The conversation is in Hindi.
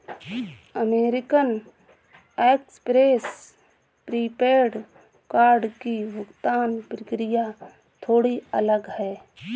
अमेरिकन एक्सप्रेस प्रीपेड कार्ड की भुगतान प्रक्रिया थोड़ी अलग है